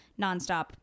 nonstop